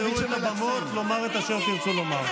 יש לכם הרבה במות לומר את אשר תרצו לומר.